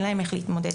אין להם איך להתמודד.